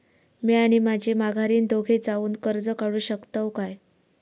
म्या आणि माझी माघारीन दोघे जावून कर्ज काढू शकताव काय?